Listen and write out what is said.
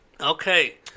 Okay